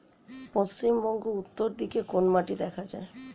পশ্চিমবঙ্গ উত্তর দিকে কোন মাটি দেখা যায়?